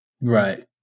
Right